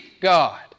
God